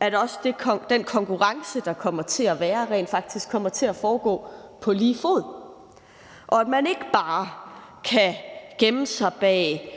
at også den konkurrence, der kommer til at være, rent faktisk kommer til at foregå på lige fod, og at man ikke bare kan gemme sig bag